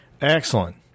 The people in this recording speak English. Excellent